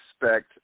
expect